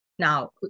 Now